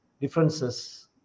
differences